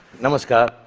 namaskar.